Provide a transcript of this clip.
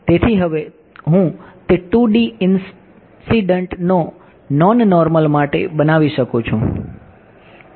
તેથી હવે હું તે 2D ઇન્સિડંટ નોન નોર્મલ માટે બનાવી શકું છું